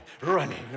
running